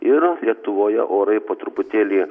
ir lietuvoje orai po truputėlį